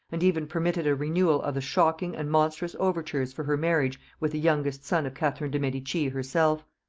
and even permitted a renewal of the shocking and monstrous overtures for her marriage with the youngest son of catherine de' medici herself.